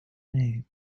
name